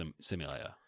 simulator